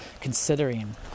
considering